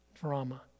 drama